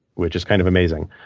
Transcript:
which is kind of amazing.